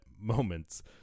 moments